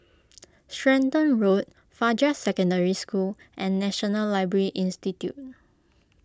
Stratton Road Fajar Secondary School and National Library Institute